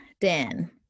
Dan